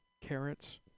carrots